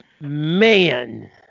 Man